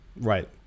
Right